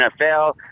NFL